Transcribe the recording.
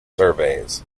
surveys